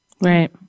Right